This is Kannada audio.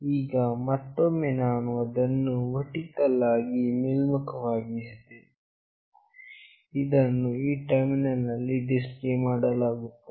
ಈಗ ಮತ್ತೊಮ್ಮೆ ನಾನು ಅದನ್ನು ವರ್ಟಿಕಲ್ ಆಗಿ ಮೇಲ್ಮುಖವಾಗಿದೆ ಇದನ್ನು ಈ ಟರ್ಮಿನಲ್ ನಲ್ಲಿ ಡಿಸ್ಪ್ಲೇ ಮಾಡಲಾಗುತ್ತಿದೆ